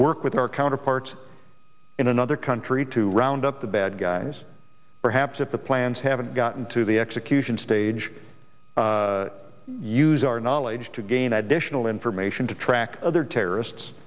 work with our counterparts in another country to round up the bad guys perhaps at the plans haven't gotten to the execution stage use our knowledge to gain additional information to track other